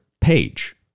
page